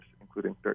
including